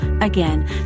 Again